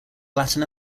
latin